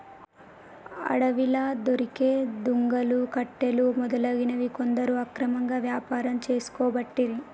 అడవిలా దొరికే దుంగలు, కట్టెలు మొదలగునవి కొందరు అక్రమంగా వ్యాపారం చేసుకోబట్టిరి